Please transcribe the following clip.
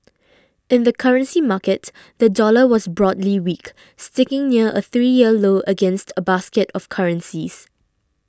in the currency market the dollar was broadly weak sticking near a three year low against a basket of currencies